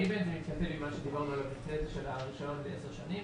האם זה מסתדר עם מה שדיברנו עליו קודם לגבי הרישיון ל-10 שנים.